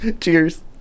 cheers